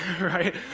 right